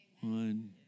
One